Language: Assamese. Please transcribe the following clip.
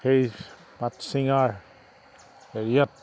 সেই পাট ছিঙাৰ হেৰিয়াত